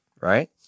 right